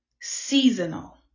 seasonal